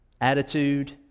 attitude